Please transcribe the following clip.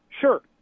Sure